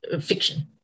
fiction